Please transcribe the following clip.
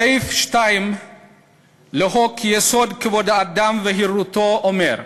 סעיף 2 לחוק-יסוד: כבוד האדם וחירותו אומר: